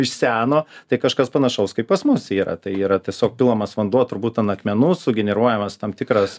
iš seno tai kažkas panašaus kaip pas mus yra tai yra tiesiog pilamas vanduo turbūt ant akmenų sugeneruojamas tam tikras